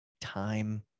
time